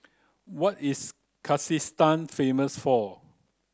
what is Kyrgyzstan famous for